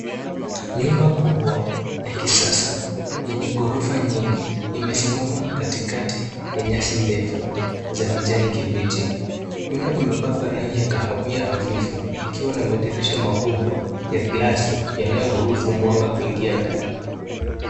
Nyumba kubwa ya kisasa. Yenye ghorofa nyingi. Imesimama katikati ya nyasi ndefu. Za kijani kibichi. Nyumba imepakwa rangi ya kawahia hafifu. Ikiwa na madirisha makubwa ya glasi yanayoruhusu mwanga kuingia ndani.